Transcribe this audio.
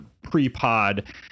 pre-pod